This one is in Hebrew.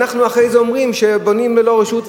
ואנחנו אחרי זה אומרים שבונים ללא רשות,